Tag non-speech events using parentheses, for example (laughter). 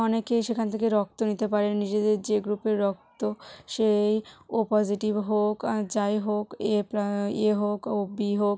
অনেকেই সেখান থেকে রক্ত নিতে পারে নিজেদের যে গ্রুপের রক্ত সেই ও পসেটিভ হোক আর যাই হোক এ প্লা (unintelligible) এ হোক ও বি হোক